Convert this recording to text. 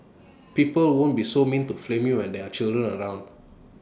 people won't be so mean to flame you when there are children around